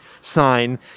sign